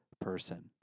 person